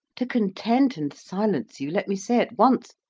to content and silence you, let me say at once,